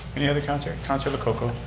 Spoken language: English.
any other counter, councilor lococo.